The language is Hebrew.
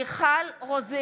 מירי מרים רגב, נגד מיכל רוזין,